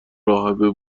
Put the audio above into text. راهبی